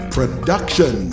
Production